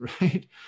right